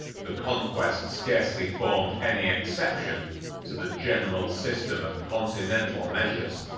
the conquest scarcely formed any exception to the general system of continental measures.